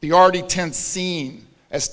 the already tense scene as